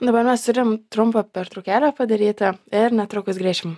dabar mes turime trumpą pertraukėlę padaryti ir netrukus grįšim